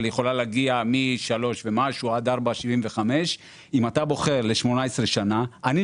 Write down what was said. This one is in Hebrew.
מיותר מ-3% ועד 4.75% לכל בנק יש את המדיניות ואת המחירים